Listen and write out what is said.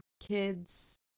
kids